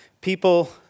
people